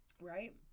right